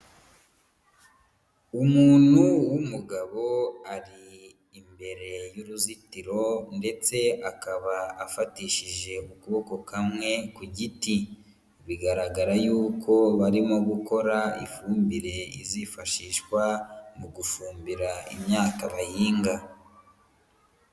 Umuntu w'umugabo ari imbere y'uruzitiro ndetse akaba afatishije ukuboko kamwe ku giti, bigaragara yuko barimo gukora ifumbire izifashishwa mu gufumbira imyaka bahinga.